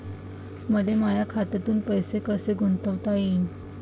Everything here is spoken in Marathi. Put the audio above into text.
मले माया खात्यातून पैसे कसे गुंतवता येईन?